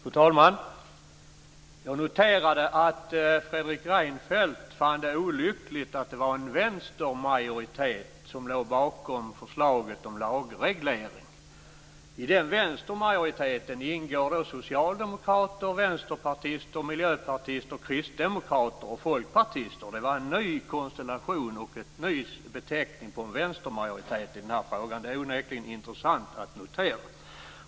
Fru talman! Jag noterade att Fredrik Reinfeldt fann det olyckligt att det var en vänstermajoritet som låg bakom förslaget om lagreglering. I den vänstermajoriteten ingår socialdemokrater, vänsterpartister, miljöpartister, kristdemokrater och folkpartister. Det var en ny konstellation och en ny beteckning på en vänstermajoritet i den här frågan. Det är onekligen intressant att notera.